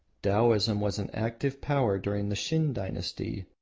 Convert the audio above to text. taoism was an active power during the shin dynasty,